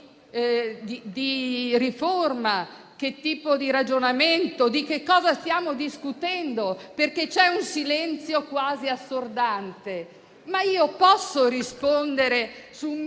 di riforma o con che tipo di ragionamento stiamo discutendo, perché c'è un silenzio quasi assordante. Ma io posso rispondere su